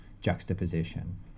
juxtaposition